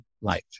life